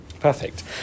Perfect